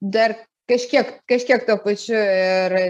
dar kažkiek kažkiek tuo pačiu ir